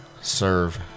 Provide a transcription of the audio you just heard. serve